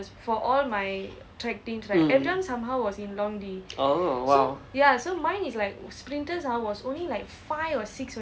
mm oh !wow!